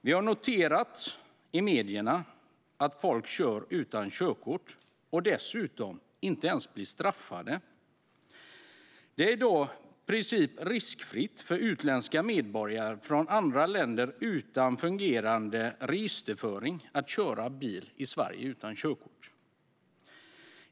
Vi har noterat i medierna att personer kör utan körkort och att de dessutom inte ens blir straffade. Det är i dag i princip riskfritt för utländska medborgare från länder utan fungerande registerföring att köra bil i Sverige utan körkort.